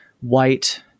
white